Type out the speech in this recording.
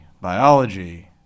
biology